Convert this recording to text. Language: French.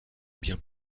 bien